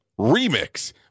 Remix